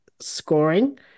scoring